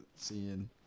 seeing